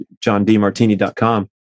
Johndmartini.com